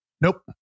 Nope